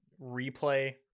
replay